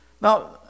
Now